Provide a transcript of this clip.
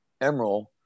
Emerald